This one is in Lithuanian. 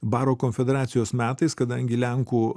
baro konfederacijos metais kadangi lenkų